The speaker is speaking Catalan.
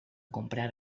comprar